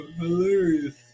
hilarious